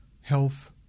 health